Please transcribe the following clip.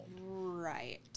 Right